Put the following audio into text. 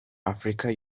africa